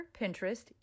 Pinterest